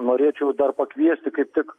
norėčiau dar pakviesti kaip tik